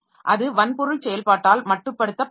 அது வன்பொருள் செயல்பாட்டால் மட்டுப்படுத்தப்பட்டது